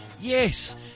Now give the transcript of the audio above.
Yes